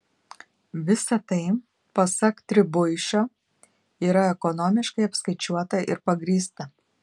visa tai pasak tribuišio yra ekonomiškai apskaičiuota ir pagrįsta